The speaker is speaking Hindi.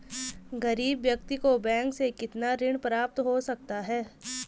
गरीब व्यक्ति को बैंक से कितना ऋण प्राप्त हो सकता है?